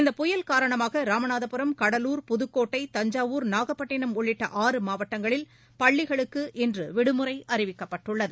இந்த புயல் காரணமாக ராமநாதபுரம் கடலூர் புதுக்கோட்டை தஞ்சாவூர் நாகப்பட்டிணம் உள்ளிட்ட ஆறு மாவட்டங்களில் பள்ளிகளுக்கு இன்று விடுமுறை அறிவிக்கப்பட்டுள்ளது